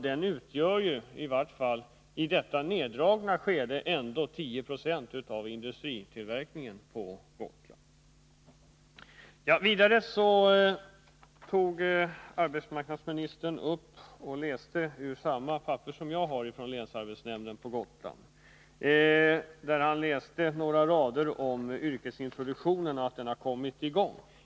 Den svarar ju i vart fall i detta skede av neddragning för 10 96 av industritillverkningen på Gotland. Vidare tog arbetsmarknadsministern fram ett papper som också jag har och som är från länsarbetsnämnden på Gotland. Han läste innantill vad som stod på några rader om yrkesintroduktionen och om att den har kommit i gång.